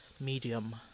medium